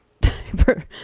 diaper